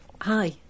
Hi